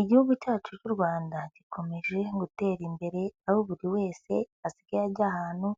Igihugu cyacu cy'u Rwanda gikomeje gutera imbere aho buri wese asigaye ajya ahantu